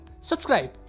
subscribe